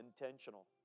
intentional